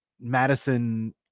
Madison